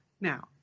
now